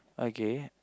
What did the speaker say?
okay